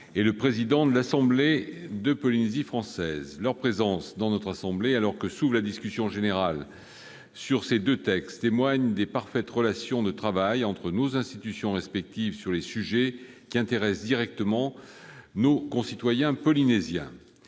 et le président de l'assemblée de la Polynésie française. Leur présence dans notre assemblée, alors que s'ouvre la discussion générale sur deux textes relatifs à la Polynésie française, témoigne des parfaites relations de travail entre nos institutions respectives sur les sujets qui intéressent directement nos concitoyens polynésiens.